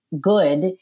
good